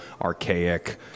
archaic